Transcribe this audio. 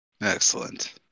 Excellent